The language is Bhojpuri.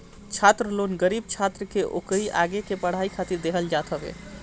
छात्र लोन गरीब छात्र के ओकरी आगे के पढ़ाई खातिर देहल जात हवे